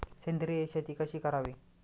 सेंद्रिय शेती कशी करावी?